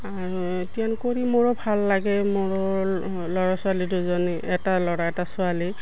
আৰু এতিয়া কৰি মোৰো ভাল লাগে মোৰো ল'ৰা ছোৱালী দুজনী এটা ল'ৰা এটা ছোৱালী